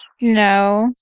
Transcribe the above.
No